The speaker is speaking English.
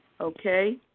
Okay